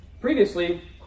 previously